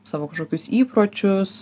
savo kažkokius įpročius